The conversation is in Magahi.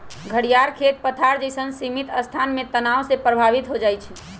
घरियार खेत पथार जइसन्न सीमित स्थान में तनाव से प्रभावित हो जाइ छइ